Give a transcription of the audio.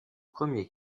premier